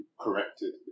corrected